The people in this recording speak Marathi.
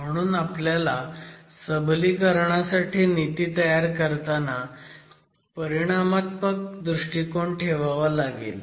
म्हणून आपल्याला सबलीकरणासाठी नीती तयार करताना परिनामात्मक दृष्टीकोन ठेवावा लागेल